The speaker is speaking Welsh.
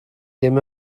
ddim